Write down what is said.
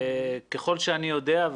ככל שאני יודע,